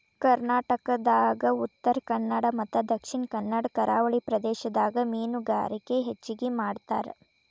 ಕರ್ನಾಟಕದಾಗ ಉತ್ತರಕನ್ನಡ ಮತ್ತ ದಕ್ಷಿಣ ಕನ್ನಡ ಕರಾವಳಿ ಪ್ರದೇಶದಾಗ ಮೇನುಗಾರಿಕೆ ಹೆಚಗಿ ಮಾಡ್ತಾರ